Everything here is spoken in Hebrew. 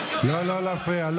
לא, לא להפריע.